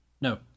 No